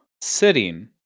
sitting